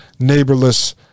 neighborless